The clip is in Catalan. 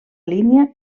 línia